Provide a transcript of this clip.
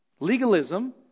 Legalism